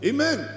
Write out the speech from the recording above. Amen